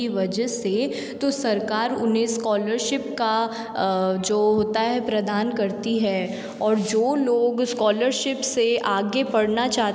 की वजह से तो सरकार उन्हें स्कॉलरशिप का जो होता है प्रदान करती है और जो लोग स्कॉलरशिप से आगे पढ़ना चाहते